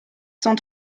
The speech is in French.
cent